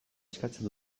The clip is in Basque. eskatzen